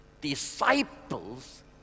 disciples